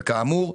וכאמור,